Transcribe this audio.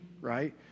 right